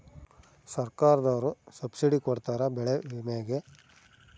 ಸರ್ಕಾರ್ದೊರು ಸಬ್ಸಿಡಿ ಕೊಡ್ತಾರ ಬೆಳೆ ವಿಮೆ ಗೇ